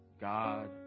God